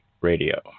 Radio